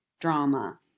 drama